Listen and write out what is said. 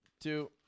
two